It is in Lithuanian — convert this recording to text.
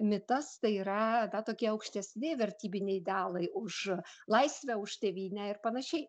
mitas tai yra na tokie aukštesni vertybiniai idealai už laisvę už tėvynę ir panašiai